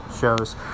shows